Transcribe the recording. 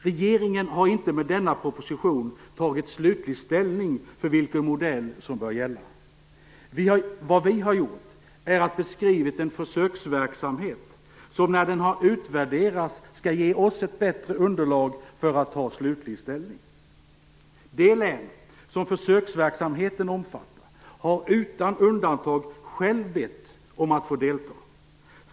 Regeringen har inte med denna proposition tagit slutlig ställning till vilken modell som bör gälla. Vi har beskrivit en försöksverksamhet som, när den har utvärderats, skall ge oss ett bättre underlag för det slutliga ställningstagandet. De län som försöksverksamheten omfattar har utan undantag själva bett om att få delta.